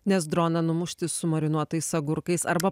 nes droną numušti su marinuotais agurkais arba